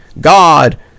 God